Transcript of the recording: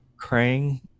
Krang